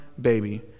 baby